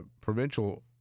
provincial